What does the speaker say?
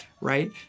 right